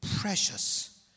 Precious